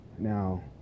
Now